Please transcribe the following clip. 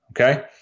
Okay